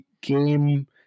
game